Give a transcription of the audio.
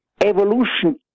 evolution